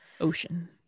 ocean